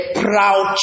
proud